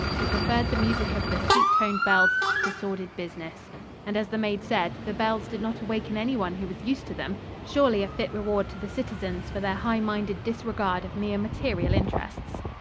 who preferred the music of the sweet-toned bells to sordid business and, as the maid said, the bells did not awaken anyone who was used to them surely a fit reward to the citizens for their high-minded disregard of mere material interests.